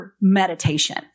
meditation